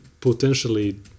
potentially